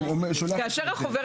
ואז שוב פעם,